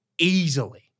easily